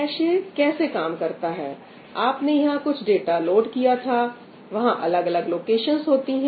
cache कैसे काम करता है आपने यहां कुछ डाटा लोड किया था वहां अलग अलग लोकेशंस होती हैं